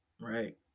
right